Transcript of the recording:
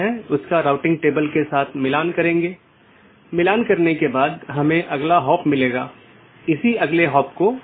इसलिए सूचनाओं को ऑटॉनमस सिस्टमों के बीच आगे बढ़ाने का कोई रास्ता होना चाहिए और इसके लिए हम BGP को देखने की कोशिश करते हैं